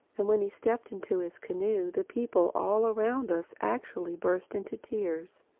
and when he stepped into his canoe, the people all around us actually burst into tears.